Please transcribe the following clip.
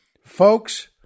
Folks